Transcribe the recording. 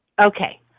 okay